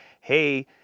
hey